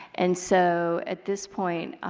and so at this point